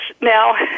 now